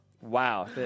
Wow